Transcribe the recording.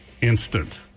instant